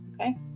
okay